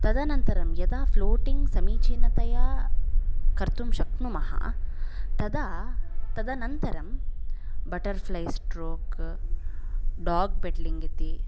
तदनन्तरं यदा फ़्लोटिङ्ग् समीचीनतया कर्तुं शक्नुमः तदा तदनन्तरं बटर्फ़्लैस्ट्रोक् डाग्पेड्लिङ्ग् इति